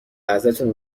ازتون